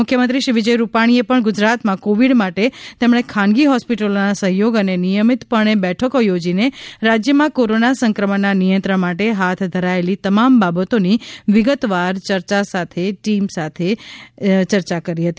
મુખ્યમંત્રી શ્રી વિજયભાઈ રૂપાણીએ પણ ગુજરાતમાં કોવિડ માટે તેમણે ખાનગી હોસ્પિટલોના સહયોગ અને નિયમિતપણે બેઠકો થોજીને રાજ્યમાં કોરીના સંક્રમણના નિયંત્રણ માટે હાથ ધરાયેલી તમામ બાબતોની વિગતવાર ચર્યા ટીમ સાથે કરી હતી